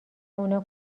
اونا